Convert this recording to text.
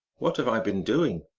what have i been doing?